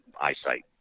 eyesight